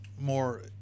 more